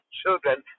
children